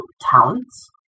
talents